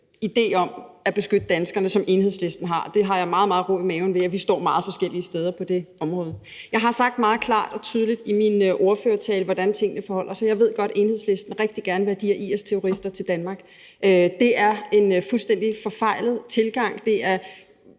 idé om at beskytte danskerne, som Enhedslisten har. Jeg har meget ro i maven over, at vi på det område står meget forskellige steder. Jeg sagde meget klart og tydeligt i min ordførertale, hvordan tingene forholder sig. Jeg ved godt, at Enhedslisten rigtig gerne vil have de her IS-terrorister til Danmark. Men det er en fuldstændig forfejlet tilgang. Det er